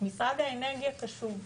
משרד האנרגיה קשוב.